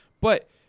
But-